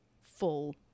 full